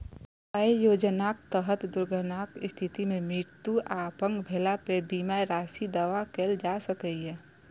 अय योजनाक तहत दुर्घटनाक स्थिति मे मृत्यु आ अपंग भेला पर बीमा राशिक दावा कैल जा सकैए